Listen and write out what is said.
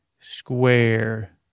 Square